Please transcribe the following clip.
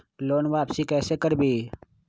Loan वापसी कैसे करबी?